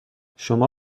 شما